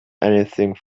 anything